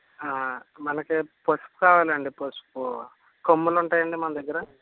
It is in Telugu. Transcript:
మనకి పసుపు కావాలండి పసుపు కొమ్ములుంటాయండి మన దగ్గర